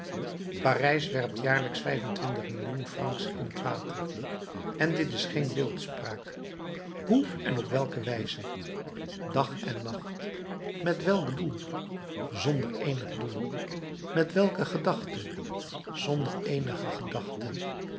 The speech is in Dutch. parijs werpt jaarlijks vijf-en-twintig millioen francs in het water en dit is geen beeldspraak hoe en op welke wijze dag en nacht met welk doel zonder eenig doel met welke gedachte zonder eenige gedachte